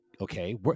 okay